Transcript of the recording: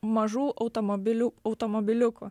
mažų automobilių automobiliukų